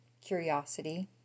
curiosity